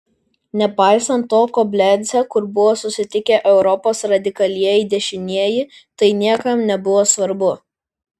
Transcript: nepaisant to koblence kur buvo susitikę europos radikalieji dešinieji tai niekam nebuvo svarbu